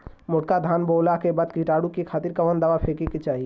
मोटका धान बोवला के बाद कीटाणु के खातिर कवन दावा फेके के चाही?